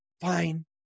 fine